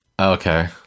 Okay